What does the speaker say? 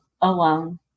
alone